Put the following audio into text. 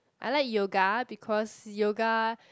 I like yoga because yoga